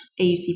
AUC